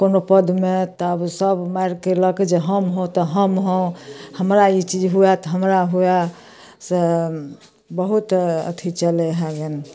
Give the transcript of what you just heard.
कोनो पदमे तऽ आब सभ मारि केलक जे हम हौँ तऽ हम हौँ हमरा ई चीज हुअए तऽ हमरा हुअए से बहुत अथी चलै हइ गेन